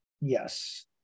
Yes